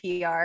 PR